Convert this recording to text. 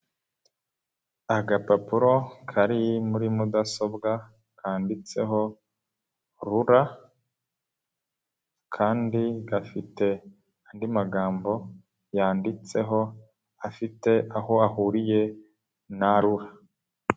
Agapapuro kari muri mudasobwa kanditseho RURA kandi gafite andi magambo yanditseho afite aho ahuriye na RURA.